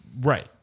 Right